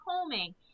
combing